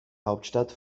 hauptstadt